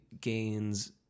gains